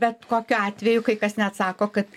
bet kokiu atveju kai kas net sako kad